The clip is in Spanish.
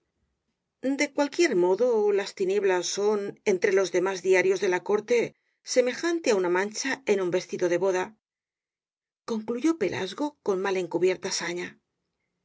de cualquier modo las tinieblas son entre los demás diarios de la corte semejante á una mancha en un vestido de boda concluyó pelasgo con mal encubierta saña